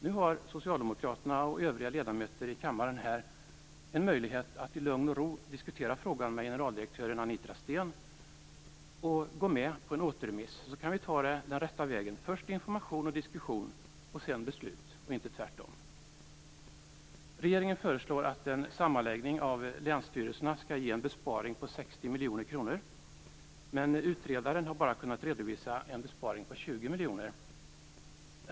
Nu har socialdemokraterna och övriga ledamöter i kammaren här en möjlighet att i lugn och ro diskutera frågan med generaldirektören Anitra Steen, och gå med på en återremiss. Sedan kan vi ta det den rätta vägen: Först information och diskussion, och sedan beslut. Inte tvärtom. Regeringen föreslår att en sammanläggning av länsstyrelserna skall ge en besparing på 60 miljoner kronor, men utredaren har bara kunnat redovisa en besparing på 20 miljoner kronor.